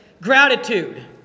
gratitude